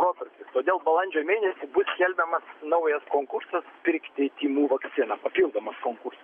protrūkis todėl balandžio mėnesį bus skelbiamas naujas konkursas pirkti tymų vakciną papildomas konkursas